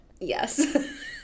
Yes